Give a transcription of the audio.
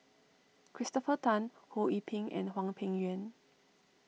Christopher Tan Ho Yee Ping and Hwang Peng Yuan